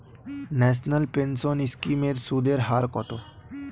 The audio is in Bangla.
ন্যাশনাল পেনশন স্কিম এর সুদের হার কত?